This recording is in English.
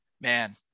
Man